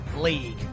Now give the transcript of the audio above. League